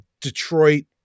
Detroit